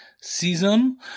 season